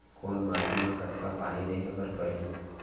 कोन माटी म कतका पानी देहे बर परहि?